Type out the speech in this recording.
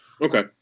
Okay